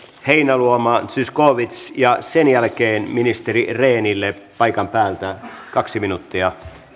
heinäluoma zyskowicz ja sen jälkeen ministeri rehnille paikan päältä kaksi minuuttia